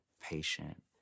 patient